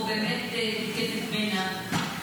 או באמת מתקפת מנע?